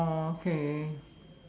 oh okay